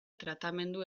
tratamendu